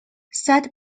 side